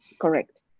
correct